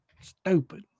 Stupid